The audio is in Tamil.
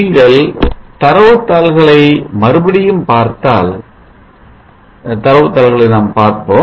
நீங்கள் தரவுதாள்களை மறுபடியும் பார்த்தால் தரவு தாள்களை நாம் பார்ப்போம்